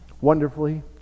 Wonderfully